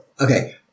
Okay